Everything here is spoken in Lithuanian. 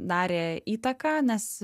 darė įtaką nes